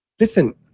listen